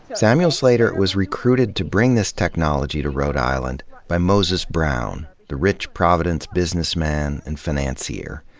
samuel slater was recruited to bring this technology to rhode island by moses brown, the rich providence businessman and financier.